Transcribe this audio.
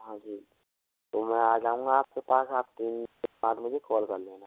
हाँ जी तो मैं आ जाऊंगा आपके पास आप तीन दिन के बाद मुझे कॉल कर लेना